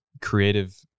creative